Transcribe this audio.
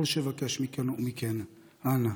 כל שאבקש מכם ומכן: אנא,